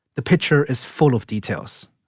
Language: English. the picture is full of details,